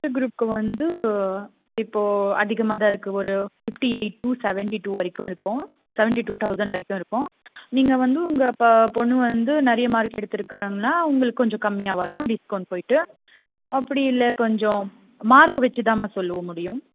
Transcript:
first குரூப்கு வந்து இப்போ அதிகமாக தான் இருக்கு ஒரு ஃபிஃப்டிஎயிட் டூ செவெண்டி டூ வரைக்கும் இருக்கும் செவெண்டி டு தௌசண்ட் வரைக்கும் இருக்கும் நீங்கள் வந்து உங்கள் பொண்ணு வந்து நிறைய மார்க் எடுத்துருக்குறாங்கன்னா உங்களுக்கு கொஞ்சம் கம்மியாக வரும் டிஸ்கவுண்ட் போயிவிட்டு அப்படி இல்லை கொஞ்சம் மார்க் வச்சுதான்மா சொல்லவும் முடியும்